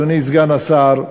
אדוני סגן השר,